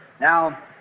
Now